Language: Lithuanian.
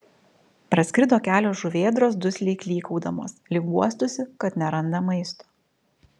praskrido kelios žuvėdros dusliai klykaudamos lyg guostųsi kad neranda maisto